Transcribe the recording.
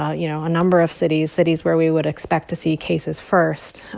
ah you know, a number of cities, cities where we would expect to see cases first,